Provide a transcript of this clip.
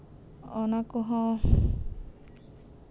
ᱚᱱᱟ ᱠᱚᱦᱚᱸ